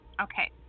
okay